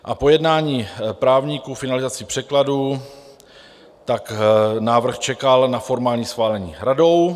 A po jednání právníků, finalizaci překladů návrh čekal na formální schválení Radou.